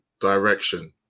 direction